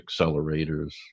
accelerators